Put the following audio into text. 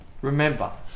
Remember